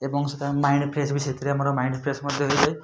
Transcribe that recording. ଏବଂ ସେଥେରେ mind fresh ବି ସେଇଥିରେ ଆମର ମାଇଣ୍ଡ ଫ୍ରେସ୍ ମଧ୍ୟ ହେଇଯାଏ